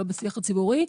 ולא בשיח הציבורי,